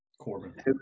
Corbin